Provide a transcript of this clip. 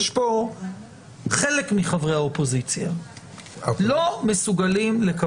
יש פה חלק מחברי האופוזיציה שלא מסוגלים לקבל את